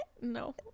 no